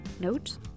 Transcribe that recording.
Note